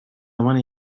zaman